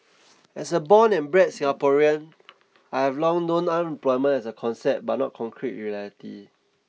as a born and bred Singaporean I have long known unemployment as a concept but not concrete reality